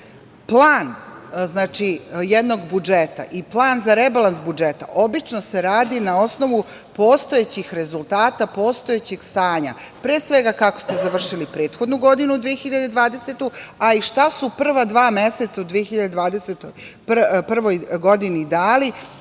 jednog budžeta i plan za rebalans budžeta obično se radi na osnovu postojećih rezultata, postojećeg stanja, pre svega kako ste završili prethodnu godinu, 2020. godinu, a i šta su prav dva meseca u 2021. godini dali